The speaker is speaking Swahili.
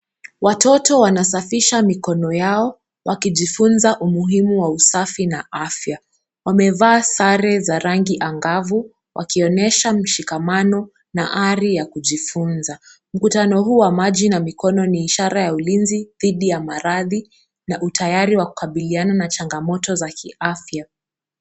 Watoto wanasafisha mikono yao wakijifunza umuhimu wa usafi na afya. Wamevaa sare za rangi angavu wakionyesha mshikamano na ari ya kujifunza. Mkutano huu wa maji na mikono ni ishara ya ulinzi dhidi ya maradhi na utayari wa kukabiliana na changamoto za kiafya.